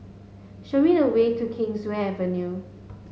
show me the way to Kingswear Avenue